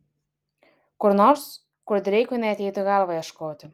kur nors kur dreikui neateitų į galvą ieškoti